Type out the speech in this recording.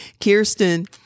Kirsten